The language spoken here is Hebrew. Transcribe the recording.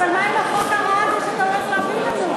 אבל מה עם החוק הרע הזה שאתה הולך להביא לנו,